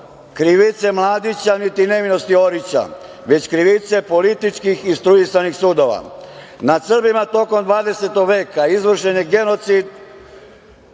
krivice Mladića, niti nevinosti Orića, već krivice politički instruisanih sudova. Nad Srbima tokom 20. veka izvršen je genocid